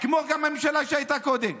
כמו גם הממשלה שהייתה קודם.